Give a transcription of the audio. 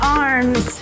arms